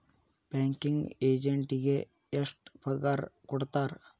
Banking ಎಜೆಂಟಿಗೆ ಎಷ್ಟ್ ಪಗಾರ್ ಕೊಡ್ತಾರ್?